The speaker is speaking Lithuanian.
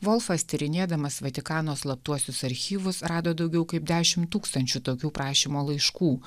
volfas tyrinėdamas vatikano slaptuosius archyvus rado daugiau kaip dešimt tūkstančių tokių prašymų laiškų